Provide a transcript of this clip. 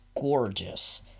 gorgeous